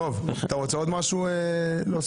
טוב, אתה רוצה להוסיף עוד משהו, זאב?